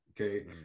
okay